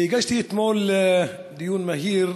הגשתי אתמול הצעה לדיון מהיר